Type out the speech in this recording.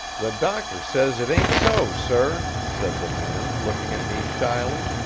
the doctor says it ain't so, sir, said the man, looking at me shyly,